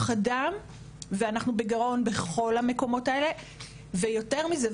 אדם ואנחנו במצב של גירעון בכל המקומות האלה ויותר מזה,